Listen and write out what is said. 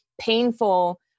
painful